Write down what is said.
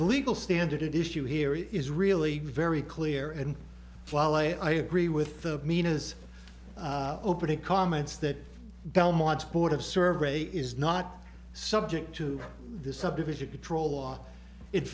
legal standard issue here is really very clear and file a i agree with the meenas opening comments that belmont support of survey is not subject to the subdivision control law i